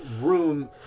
room